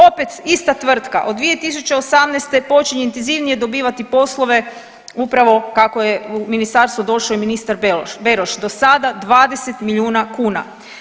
Opet ista tvrtka od 2018. počinje intenzivnije dobivati poslove upravo kako je u ministarstvo došao i ministar Beroš, do sada 20 milijuna kuna.